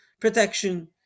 protection